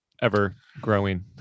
ever-growing